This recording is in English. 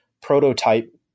prototype